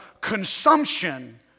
consumption